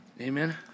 Amen